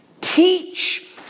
teach